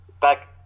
back